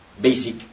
basic